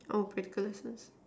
oh break lesson